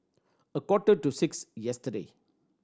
a quarter to six yesterday